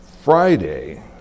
Friday